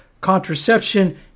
contraception